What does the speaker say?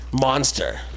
monster